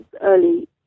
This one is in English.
early